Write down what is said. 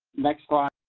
next slide.